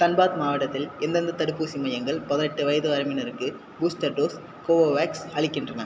தன்பாத் மாவட்டத்தில் எந்தெந்த தடுப்பூசி மையங்கள் பதினெட்டு வயது வரம்பினருக்கு பூஸ்டர் டோஸ் கோவோவேக்ஸ் அளிக்கின்றன